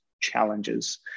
challenges